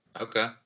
okay